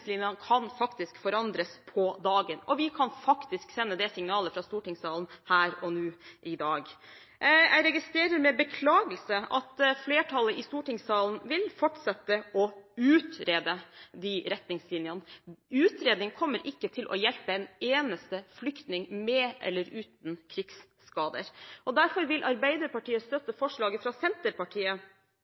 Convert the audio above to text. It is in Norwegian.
kan faktisk forandres på dagen, og vi kan sende det signalet fra stortingssalen her og nå, i dag. Jeg registrerer med beklagelse at flertallet i stortingssalen vil fortsette å utrede disse retningslinjene. Utredning kommer ikke til å hjelpe en eneste flyktning – med eller uten krigsskader. Derfor vil Arbeiderpartiet støtte forslaget fra Senterpartiet,